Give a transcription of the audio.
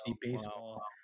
baseball